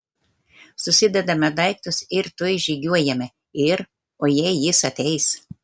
susidedame daiktus ir tuoj žygiuojame ir o jei jis ateis